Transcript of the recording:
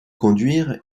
conduire